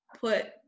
put